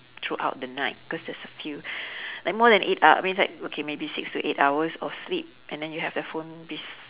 throughout the night because that's a few like more than eight ho~ I mean like okay maybe six to eight hours of sleep and then you have the phone bes~